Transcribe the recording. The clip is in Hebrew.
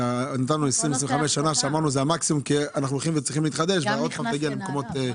נתנו 20,25 שנה מקסימום בגלל העניין של החידוש.